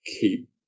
keep